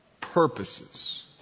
purposes